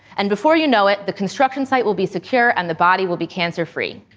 and before you know it, the construction site will be secure and the body will be cancer free.